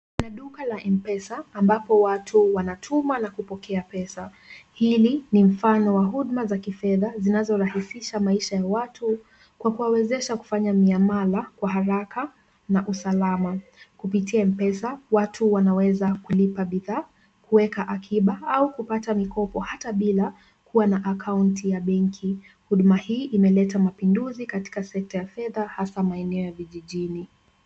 Ni duka la M-Pesa ambapo watu wanatuma na kupokea pesa. Hili ni mfano wa huduma za kifedha zinazorahisisha maisha ya watu kwa kuwawezesha kufanya miamala kwa haraka na usalama. Kupitia M-Pesa watu wanaweza kulipa bidhaa, kuweka akiba au kupata mikopo hata bila kukuwa na akaunti ya benki. Huduma hii imeleta mapinduzi katika sekta ya pesa hasa maeneo ya vijijini.